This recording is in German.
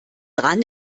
dran